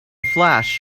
flash